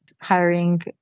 hiring